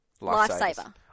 Lifesaver